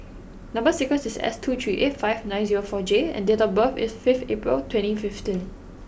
number sequence is S two three eight five nine zero four J and date of birth is fifth April twenty fifteen